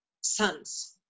sons